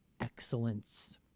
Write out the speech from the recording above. excellence